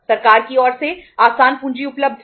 सरकार की ओर से आसान पूंजी उपलब्ध थी